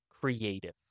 creative